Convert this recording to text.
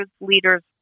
leaders